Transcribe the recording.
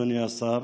אדוני השר,